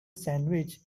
sandwich